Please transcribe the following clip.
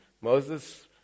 Moses